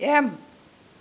M